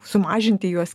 sumažinti juos